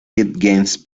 games